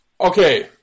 okay